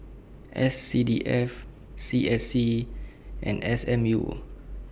S C D F C S C and S M U